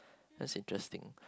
that's interesting